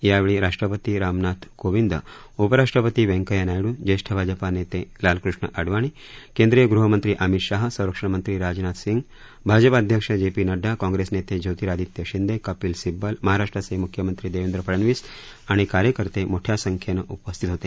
यावेळी राष्ट्रपती रामनाथ कोविंद उपराष्ट्रपती व्यंकय्या नायडू ज्येष्ठ भाजपा नेने लालकृष्ण आडवानी केंद्रीय गहमंत्री अमित शाह संरक्षण मंत्री राजनाथ सिंग भाजपा कार्याध्यक्ष जे पी नइडा काँग्रेस नेते ज्योतिरादित्य शिंदे कपील सिब्बल महाराष्ट्राचे म्ख्यमंत्री देवेंद्र फडनवीस आणि कार्यकर्ते मोठ्या संख्येनं उपस्थित होते